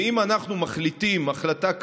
ואם אנחנו מחליטים החלטה כזאת,